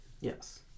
Yes